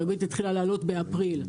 הריבית התחילה לעלות באפריל.